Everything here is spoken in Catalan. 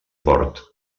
port